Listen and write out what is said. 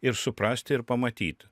ir suprasti ir pamatyt